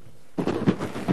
הדוברים.